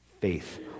faith